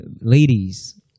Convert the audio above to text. Ladies